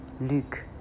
Luke